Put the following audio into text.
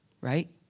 Right